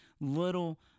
little